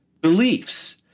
beliefs